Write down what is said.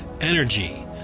energy